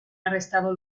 arrestado